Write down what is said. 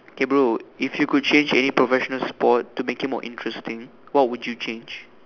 okay bro if you could change any professional sport to make it more interesting what would you change